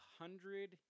hundred